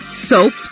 Soap